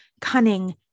cunning